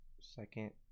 second